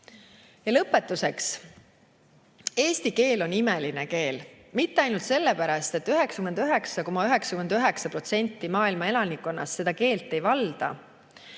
Lõpetuseks. Eesti keel on imeline keel mitte ainult sellepärast, et 99,99% maailma elanikkonnast seda keelt ei valda,